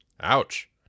Ouch